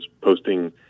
posting